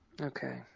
Okay